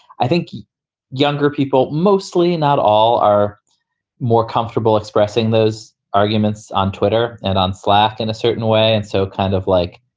i think younger people, mostly not all, are more comfortable expressing those arguments on twitter and on slack in a certain way. and so kind of like.